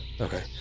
Okay